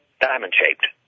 diamond-shaped